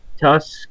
Tusk